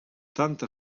tanta